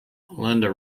linda